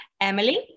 Emily